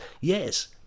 yes